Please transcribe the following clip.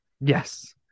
Yes